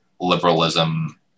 liberalism